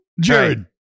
Jared